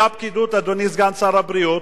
אותה פקידות, אדוני סגן שר הבריאות,